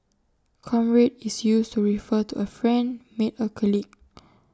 comrade is used to refer to A friend mate or colleague